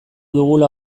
dugula